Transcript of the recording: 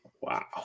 Wow